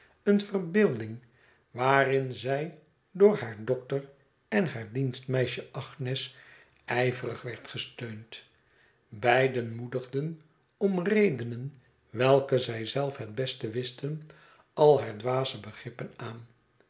een verbeelding waarin zij door haar dokter en haar dienstmeisj e agnes ij verig werd gesteund beiden moedigden om redenen welke zij zelf het best wisten al haar dwaze begrippen aan